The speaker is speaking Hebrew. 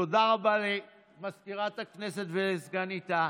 תודה רבה למזכירת הכנסת וסגניתה.